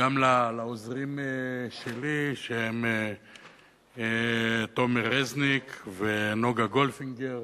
גם לעוזרים שלי, שהם תומר רזניק ונגה גולדפינגר,